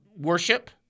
worship